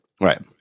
Right